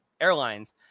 airlines